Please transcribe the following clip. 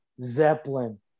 Zeppelin